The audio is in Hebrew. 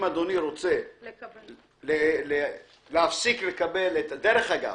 אם אדוני רוצה להפסיק לקבל את החיוב -- דרך אגב,